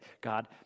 God